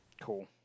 Cool